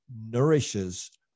nourishes